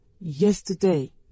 yesterday